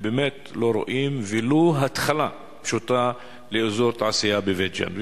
באמת לא רואים ולו התחלה של אותו אזור תעשייה בבית-ג'ן.